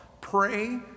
Pray